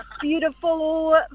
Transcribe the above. beautiful